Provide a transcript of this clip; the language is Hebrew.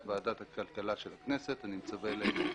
ועדת הכלכלה של הכנסת אני מצווה לאמור: